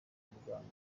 muganga